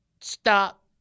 stop